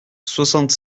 soixante